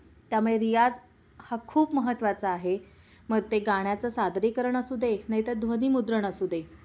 त्यामुळे रियाज हा खूप महत्त्वाचा आहे मग ते गाण्याचं सादरीकरण असू दे नाहीतर ध्वनीमुद्रण असू दे